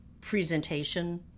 presentation